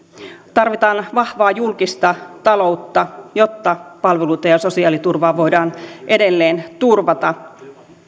tarvitaan vahvaa julkista taloutta jotta palveluita ja sosiaaliturvaa voidaan edelleen turvata